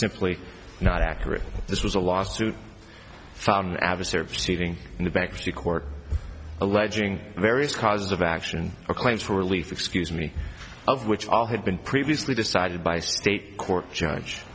simply not accurate this was a lawsuit filed have a search sitting in the bankruptcy court alleging various causes of action or claims for relief excuse me of which all had been previously decided by state court judge